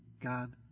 God